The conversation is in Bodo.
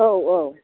औ औ